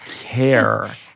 care